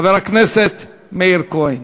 חבר הכנסת מאיר כהן.